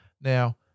Now